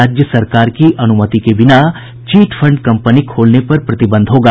राज्य सरकार की अनुमति के बिना चिट फंड कंपनी खोलने पर प्रतिबंध होगा